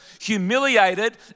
humiliated